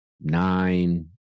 nine